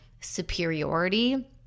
superiority